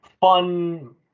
fun